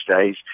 days